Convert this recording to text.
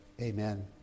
Amen